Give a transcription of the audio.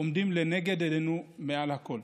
עומדת לנגד עינינו מעל הכול.